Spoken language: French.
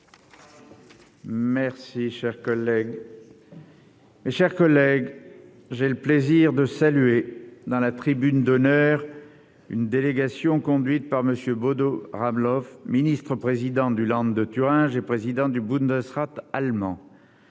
la ministre déléguée, mes chers collègues, j'ai le plaisir de saluer, dans la tribune d'honneur, une délégation conduite par M. Bodo Ramelow, ministre-président du Land de Thuringe et président du Bundesrat allemand.